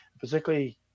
particularly